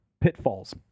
pitfalls